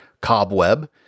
cobweb